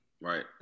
Right